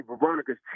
Veronica's